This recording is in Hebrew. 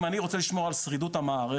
אם אני רוצה לשמור על שרידות המערכת,